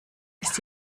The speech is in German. ist